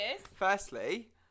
firstly